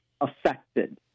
affected